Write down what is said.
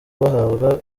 bahabwa